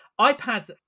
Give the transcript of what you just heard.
iPads